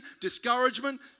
discouragement